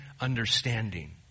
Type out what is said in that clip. understanding